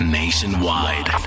nationwide